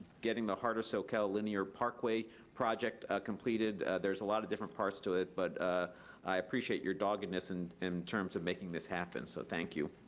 getting the heart of socal linear parkway project completed. there's a lot of different parts to it, but i appreciate your doggedness, and in terms of making this happen, so thank you.